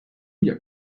young